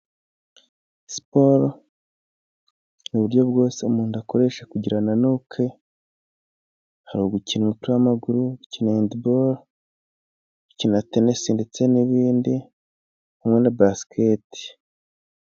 Siporo ni uburyo bwose umuntu akoresha kugira ngo ananuke. Hari ugukina umupira w'amaguru, gukina hendiboro, gukina tenisi ndetse n'ibindi hamwe na basiketi.